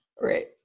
Right